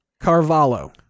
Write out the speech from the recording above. Carvalho